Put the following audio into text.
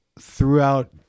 throughout